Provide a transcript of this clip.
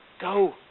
Go